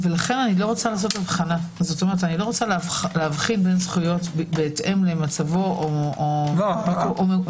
לכן אני לא רוצה להבחין בין זכויות בהתאם למצבו של הנאשם.